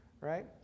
right